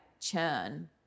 churn